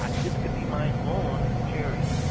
ah this could be my own charity.